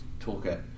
Toolkit